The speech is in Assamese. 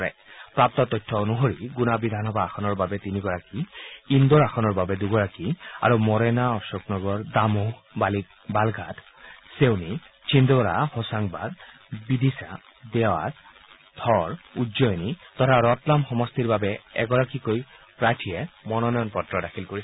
কালি লাভ কৰা তথ্য অনুসৰি গুণা বিধানসভা আসনৰ বাবে তিনিগৰাকী ইণ্ডোৰ আসনৰ বাবে দূগৰাকী আৰু মৰেনা অশোক নগৰ দামোহ বালাঘাট ছেওনি চিণ্ডৱাৰা হোচাংবাদ বিদিশা দেৱাছ ধৰ উজ্জয়িনি তথা ৰাটলাম সমষ্টিৰ বাবে এগৰাকীকৈ প্ৰাৰ্থীয়ে মনোনয়ন পত্ৰ দাখিল কৰিছে